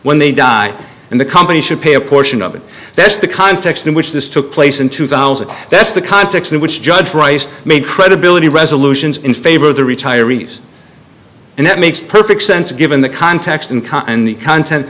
when they die and the company should pay a portion of it that's the context in which this took place in two thousand that's the context in which judge rice made credibility resolutions in favor of the retirees and that makes perfect sense given the context and the content